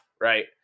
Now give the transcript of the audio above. right